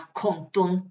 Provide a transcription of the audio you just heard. konton